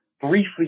briefly